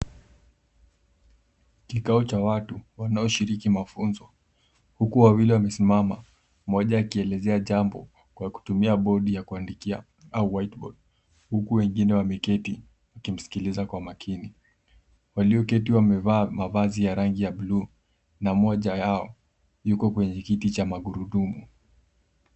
Kikao cha watu wanaoshiriki mafunzo huku wawili wamesimama moja akielezea jambo kwa kutumia bodi ya kuandikia au White Board huku wengine wameketi wakimsikiliza kwa makini. Walioketi wamevaa mavazi ya rangi ya bluu na moja yao yuko kwenye kiti cha magurudumu.